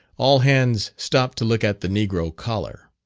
all hands stopped to look at the negro collar.